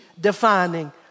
defining